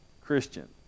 Christian